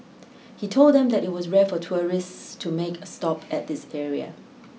he told them that it was rare for tourists to make a stop at this area